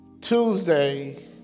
Tuesday